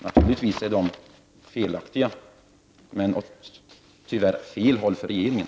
Naturligtvis är dessa beräkningar felaktiga, och tyvärr i fel riktning för regeringen.